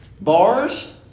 Bars